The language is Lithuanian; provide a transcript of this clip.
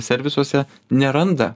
servisuose neranda